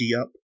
up